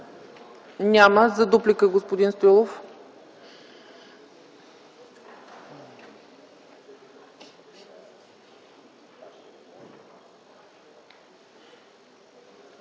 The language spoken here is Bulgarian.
Няма. За дуплика – господин Стоилов.